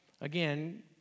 Again